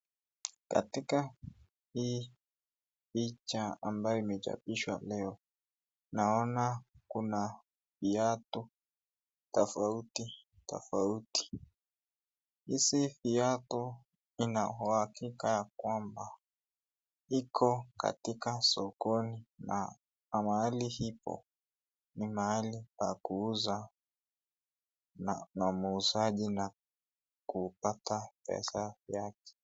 Katika hii picha ambayo imechapishwa leo, tunaona kuna viatu tofauti tofauti. Hizi viatu, nina uhakika ya kwamba, iko katika sokoni na mahali iko ni mahali pa kuuza na muuzaji na kupata pesa yake.